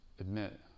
Admit